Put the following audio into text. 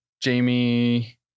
Jamie